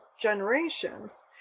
generations